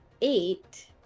eight